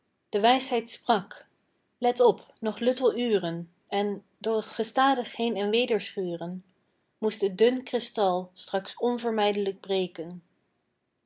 de wijsheid sprak let op nog luttel uren en door t gestadig heen en weder schuren moet t dun kristal straks onvermijdelijk breken